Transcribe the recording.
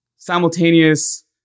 simultaneous